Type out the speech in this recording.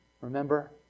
Remember